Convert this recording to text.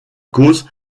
cause